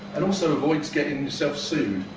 and also avoids getting yourself sued.